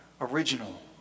original